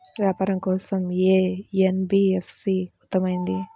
వ్యాపారం కోసం ఏ ఎన్.బీ.ఎఫ్.సి ఉత్తమమైనది?